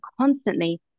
constantly